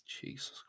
Jesus